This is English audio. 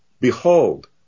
Behold